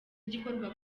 igikorwa